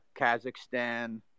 Kazakhstan